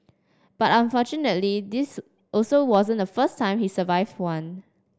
but unfortunately this also wasn't the first time he survive one